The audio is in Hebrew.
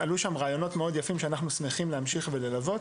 עלו שם רעיונות יפים שאנחנו שמחים ללוות,